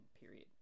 period